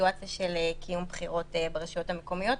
לסיטואציה של קיום בחירות ברשויות המקומיות,